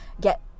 get